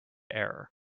error